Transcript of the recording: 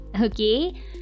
okay